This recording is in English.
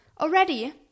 Already